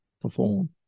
perform